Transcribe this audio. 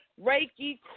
Reiki